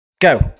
Go